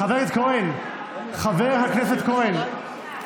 חבר הכנסת כהן, חבר הכנסת כהן,